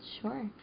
Sure